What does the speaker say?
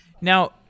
Now